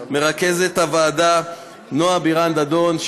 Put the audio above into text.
מרכזת הוועדה נועה בירן-דדון,